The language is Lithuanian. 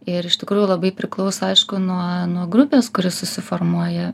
ir iš tikrųjų labai priklauso aišku nuo nuo grupės kuri susiformuoja